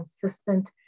consistent